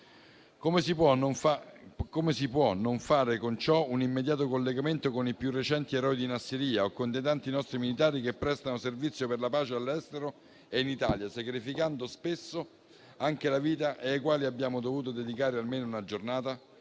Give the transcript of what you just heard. Come si può non fare con ciò un immediato collegamento con i più recenti eroi di Nassiriya o con i tanti nostri militari che prestano servizio per la pace all'estero e in Italia, sacrificando spesso anche la vita e ai quali abbiamo dovuto dedicare almeno una giornata?